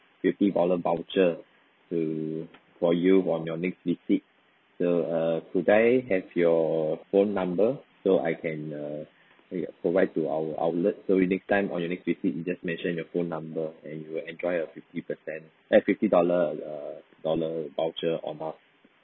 fifty dollar voucher to for you on your next visit so uh could I have your phone number so I can uh eh provide to our outlet so you next time on your next visit you just mention your phone number and you will enjoy our fifty percent eh fifty dollar uh dollar voucher on us